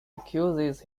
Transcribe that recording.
accuses